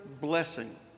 blessing